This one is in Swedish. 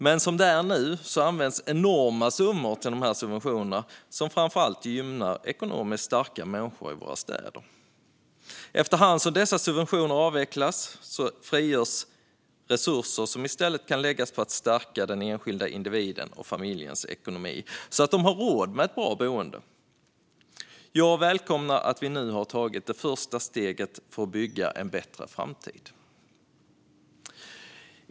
Men som det är nu används enorma summor till subventioner som framför allt gynnar ekonomiskt starka människor i våra städer. Efter hand som dessa subventioner avvecklas frigörs resurser som i stället kan läggas på att stärka enskilda individers och familjers ekonomi så att de har råd med ett bra boende. Jag välkomnar att vi nu har tagit det första steget för att bygga en bättre framtid.